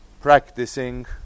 practicing